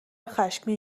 خشمگین